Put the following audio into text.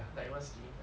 like what skinny fat